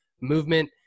Movement